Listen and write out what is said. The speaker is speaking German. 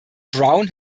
brown